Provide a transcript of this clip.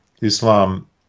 Islam